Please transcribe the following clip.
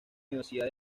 universidad